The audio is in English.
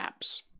apps